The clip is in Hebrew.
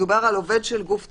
מדובר על עובד של גוף ציבורי.